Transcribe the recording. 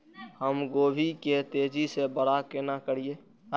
हम गोभी के तेजी से बड़ा केना करिए?